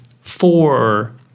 four